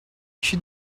she